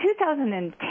2010